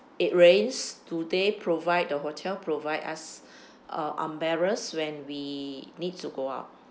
it rains do they provide the hotel provide us uh umbrellas when we need to go out